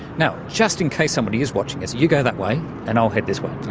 now, just in case somebody is watching us, you go that way and i'll head this way.